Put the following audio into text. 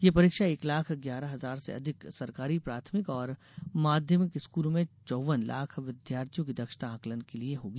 ये परीक्षा एक लाख ग्यारह हजार से अधिक सरकारी प्राथमिक और माध्यमिक स्कूलों में चौवन लाख विद्यार्थियों की दक्षता आंकलन के लिए होगी